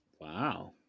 Wow